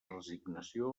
resignació